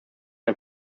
ein